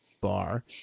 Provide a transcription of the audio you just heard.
bar